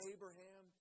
Abraham